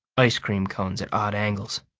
ice cream cones at odd angles.